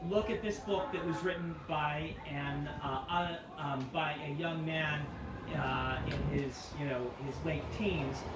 look at this book that was written by and ah by a young man in his you know his late teens.